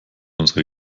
unsere